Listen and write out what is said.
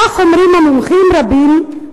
כך אומרים מומחים רבים,